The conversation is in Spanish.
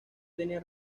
tenía